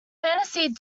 fantasy